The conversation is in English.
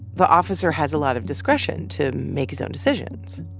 the officer has a lot of discretion to make his own decisions.